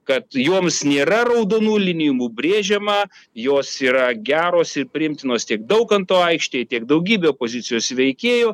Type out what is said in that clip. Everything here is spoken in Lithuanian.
kad joms nėra raudonų linijų brėžiama jos yra geros ir priimtinos tiek daukanto aikštei tiek daugybei opozicijos veikėjų